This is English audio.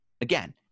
again